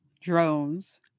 drones